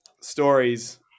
stories